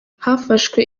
hafashwe